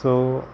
so